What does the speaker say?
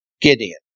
Gideon